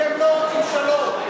אתם לא רוצים שלום.